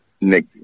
Nick